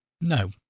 No